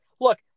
look